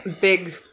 big